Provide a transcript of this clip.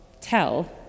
tell